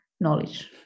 knowledge